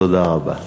תודה רבה.